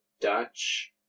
Dutch